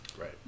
Right